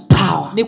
power